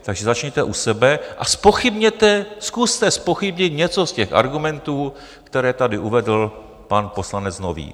Takže začněte u sebe a zpochybněte, zkuste zpochybnit něco z těch argumentů, které tady uvedl pan poslanec Nový.